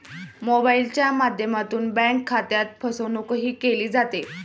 मोबाइलच्या माध्यमातून बँक खात्यात फसवणूकही केली जाते